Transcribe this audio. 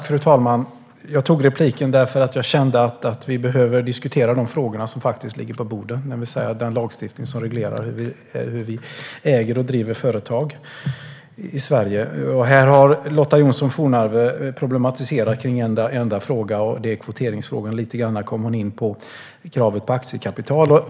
Fru talman! Jag begärde replik eftersom jag kände att vi behöver diskutera de frågor som faktiskt ligger på bordet, det vill säga den lagstiftning som reglerar hur vi äger och driver företag i Sverige. Lotta Johnsson Fornarve har här problematiserat en enda fråga, nämligen kvoteringsfrågan. Hon kom även in lite på kravet på aktiekapital.